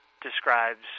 describes